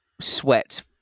sweat